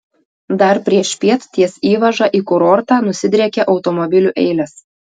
dar priešpiet ties įvaža į kurortą nusidriekė automobilių eilės